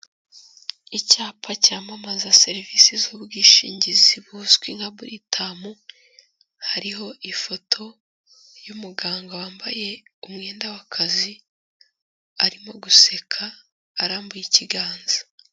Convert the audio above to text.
Icyapa cyamamaza serivisi z'ubwishingizi buzwi nka buritamu, hariho ifoto y'umuganga wambaye umwenda w'akazi, arimo guseka, arambuye ikiganza.